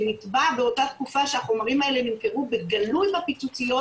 שנתבע באותה תקופה שהחומרים האלה נמכרו בגלוי בפיצוציות,